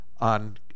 on